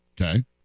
Okay